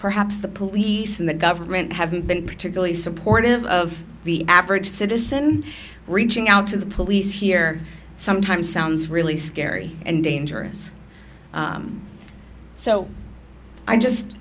perhaps the police and the government have been particularly supportive of the average citizen reaching out to the police here sometime sounds really scary and dangerous so i just